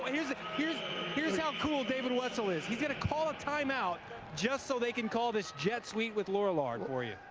ah here is here here is how cool david wetzel is. he's going to call a time-out just so they can call this jet sweet with lorillard for you.